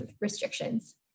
restrictions